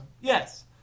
Yes